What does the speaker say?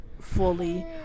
fully